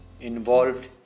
involved